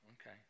okay